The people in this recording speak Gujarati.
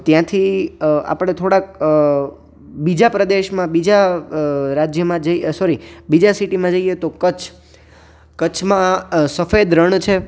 ત્યાંથી આપણે થોડાક બીજા પ્રદેશમાં બીજા રાજ્યમાં જઈ સોરી બીજા સીટીમાં જઈએ તો કચ્છમાં સફેદ રણ છે